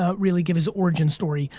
ah really give his origin story.